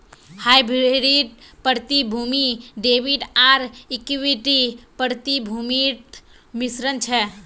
hybrid प्रतिभूति debit आर equity प्रतिभूतिर मिश्रण छ